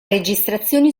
registrazioni